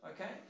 okay